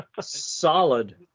solid